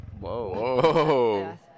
Whoa